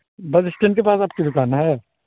بس اسٹینڈ کے پاس آپ کی دکان ہے